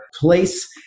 place